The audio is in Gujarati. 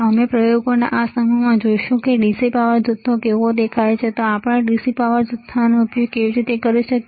અમે પ્રયોગોના આ સમૂહમાં જોઈશું કે dc પાવર જથ્યો કેવો દેખાય છે અને આપણે ડીસી પાવર જથ્થાનો ઉપયોગ કેવી રીતે કરી શકીએ